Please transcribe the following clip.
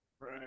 Right